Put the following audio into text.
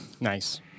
Nice